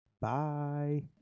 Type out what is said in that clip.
Bye